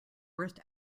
worst